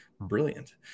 Brilliant